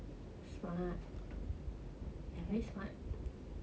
they're very smart